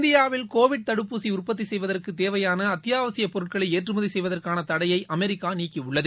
இந்தியாவில் கோவிட் தடுப்பூசி உற்பத்தி செய்வதற்கு தேவையான அத்தியாவசிய பொருட்களை ஏற்றுமதி செய்வதற்கான தடையை அமெரிக்கா நீக்கியுள்ளது